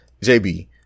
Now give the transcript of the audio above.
JB